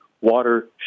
water